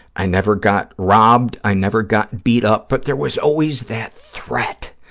i never got robbed. i never got beat up. but there was always that threat.